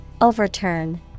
Overturn